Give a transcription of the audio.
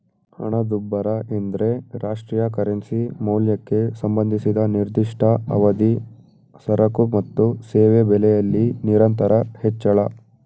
ಹಣದುಬ್ಬರ ಎಂದ್ರೆ ರಾಷ್ಟ್ರೀಯ ಕರೆನ್ಸಿ ಮೌಲ್ಯಕ್ಕೆ ಸಂಬಂಧಿಸಿದ ನಿರ್ದಿಷ್ಟ ಅವಧಿ ಸರಕು ಮತ್ತು ಸೇವೆ ಬೆಲೆಯಲ್ಲಿ ನಿರಂತರ ಹೆಚ್ಚಳ